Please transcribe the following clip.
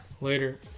Later